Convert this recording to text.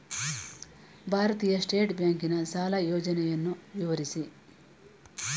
ಭಾರತೀಯ ಸ್ಟೇಟ್ ಬ್ಯಾಂಕಿನ ಸಾಲ ಯೋಜನೆಯನ್ನು ವಿವರಿಸಿ?